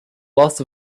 loss